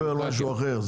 אתה מדבר על משהו אחר.